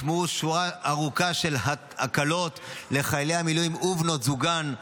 הוטמעו שורה ארוכה של הקלות לחיילי המילואים ובנות זוגם.